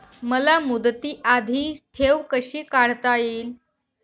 मला मुदती आधी ठेव कशी काढता येईल?